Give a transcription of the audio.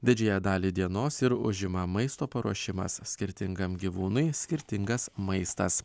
didžiąją dalį dienos ir užima maisto paruošimas skirtingam gyvūnui skirtingas maistas